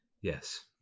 Yes